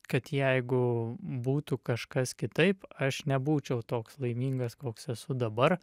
kad jeigu būtų kažkas kitaip aš nebūčiau toks laimingas koks esu dabar